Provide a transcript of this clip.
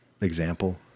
example